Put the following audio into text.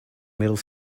middle